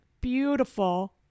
beautiful